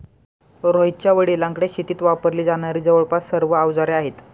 रोहितच्या वडिलांकडे शेतीत वापरली जाणारी जवळपास सर्व अवजारे आहेत